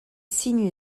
signe